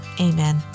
Amen